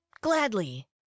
gladly